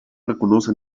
reconoce